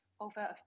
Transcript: over